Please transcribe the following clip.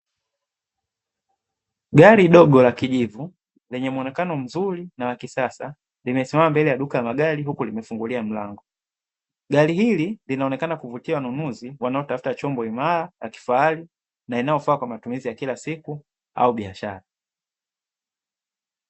Gari dogo la kijivu lenye muonekano mzuri na wa kisasa limesimama mbele ya duka la magari huku limefunguliwa mlango. Gari hili linaonekana kuvutia wanunuzi wanaotafuta chombo imara, ya kifahari na inayofaa kwa matumizi ya kila siku au biashara.